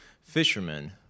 fishermen